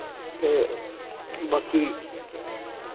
ते बाकी